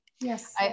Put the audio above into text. Yes